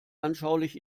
anschaulich